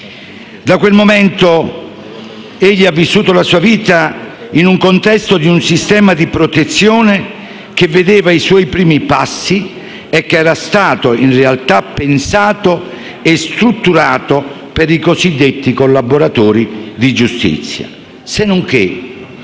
Da quel momento egli ha vissuto la sua vita nel contesto di un sistema di protezione che vedeva i suoi primi passi e che era stato, in realtà, pensato e strutturato per i cosiddetti collaboratori di giustizia. Sennonché,